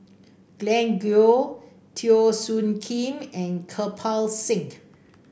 Glen Goei Teo Soon Kim and Kirpal Singh